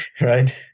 Right